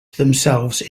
themselves